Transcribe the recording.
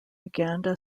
uganda